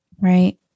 right